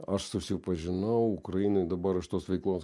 aš susipažinau ukrainoj dabar iš tos veiklos